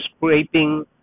scraping